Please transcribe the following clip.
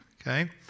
okay